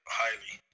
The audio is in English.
highly